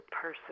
person